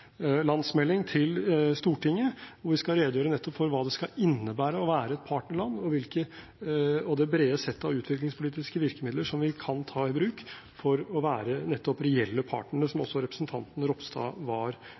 til Stortinget, hvor vi skal redegjøre nettopp for hva det skal innebære å være et partnerland, og det brede sett av utviklingspolitiske virkemidler som vi kan ta i bruk for å være reelle partnere, som også representanten Ropstad var